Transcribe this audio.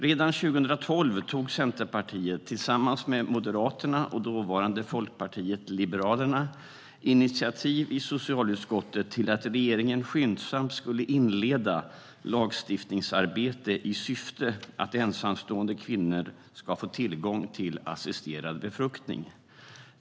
Redan 2012 tog Centerpartiet tillsammans med Moderaterna och dåvarande Folkpartiet liberalerna initiativ i socialutskottet till att regeringen skyndsamt skulle inleda lagstiftningsarbete i syfte att ensamstående kvinnor ska få tillgång till assisterad befruktning.